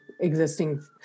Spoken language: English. existing